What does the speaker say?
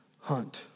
hunt